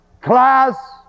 class